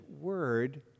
word